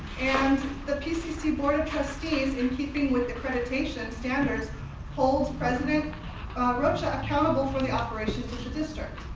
and the pcc board of trustees in keeping with accreditation standards holds president rocha accountable for the operations of the district.